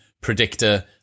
predictor